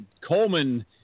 Coleman